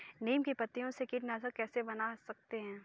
नीम की पत्तियों से कीटनाशक कैसे बना सकते हैं?